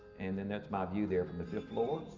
and then that's my view there from the fifth floor.